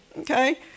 Okay